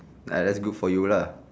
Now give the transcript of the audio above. uh that's good for you lah